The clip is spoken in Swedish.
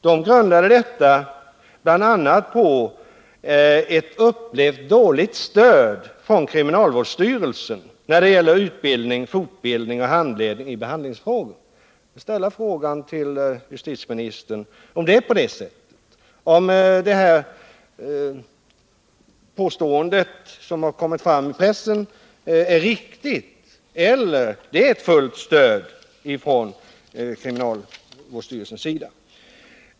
Den grundade denna fruktan på bl.a. ett upplevt dåligt stöd från kriminalvårdsstyrelsen i fråga om utbildning, fortbildning och handledning i behandlingsfrågor. Jag vill till justitieministern ställa frågan: Är detta påstående, som har kommit fram i pressen, riktigt, eller finns det ett fullt stöd från kriminalvårdsstyrelsens sida?